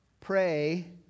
Pray